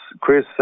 Chris